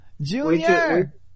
Junior